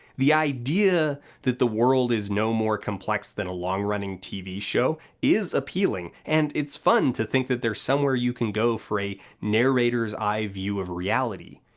the idea that the world is no more complex than a long running tv show is appealing, and it's fun to think that there's somewhere you can go for a narrator's eye view of reality.